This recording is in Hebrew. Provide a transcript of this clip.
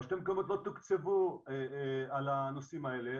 הרשויות המקומיות לא תוקצבו על הנושאים האלה,